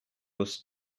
was